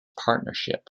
partnership